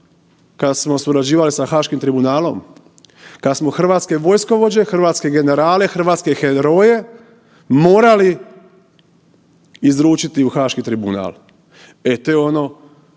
kad smo surađivali sa haškim tribunalom kada smo hrvatske vojskovođe, hrvatske generale, hrvatske heroje, morali izručiti u haški tribunal, e to je ono